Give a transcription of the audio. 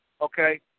Okay